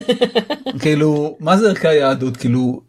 כאילו מה זה ערכי היהדות כאילו